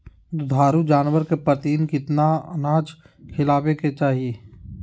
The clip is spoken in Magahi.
दुधारू जानवर के प्रतिदिन कितना अनाज खिलावे के चाही?